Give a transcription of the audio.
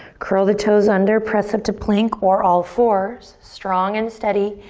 curl the toes under, press up to plank or all fours. strong and steady,